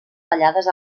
tallades